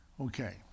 Okay